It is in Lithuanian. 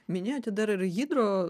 minėjote dar hidro